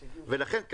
ולכן,